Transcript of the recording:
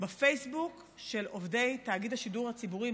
בפייסבוק של עובדי תאגיד השידור הציבורי,